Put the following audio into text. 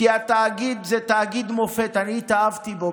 כי התאגיד הוא תאגיד מופת, אני התאהבתי בו.